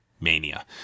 mania